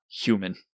human